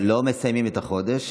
לא מסיימות את החודש,